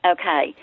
Okay